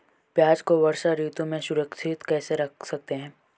प्याज़ को वर्षा ऋतु में सुरक्षित कैसे रख सकते हैं?